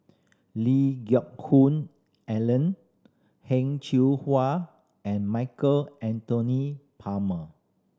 Lee Hoon Ellen Heng Hwa and Michael Anthony Palmer